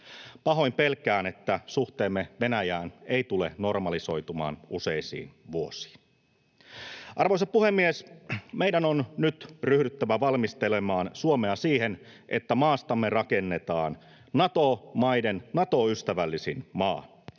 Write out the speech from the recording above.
Pahoin pelkään, että suhteemme Venäjään ei tule normalisoitumaan useisiin vuosiin. Arvoisa puhemies! Meidän on nyt ryhdyttävä valmistelemaan Suomea siihen, että maastamme rakennetaan Nato-maiden Nato-ystävällisin maa.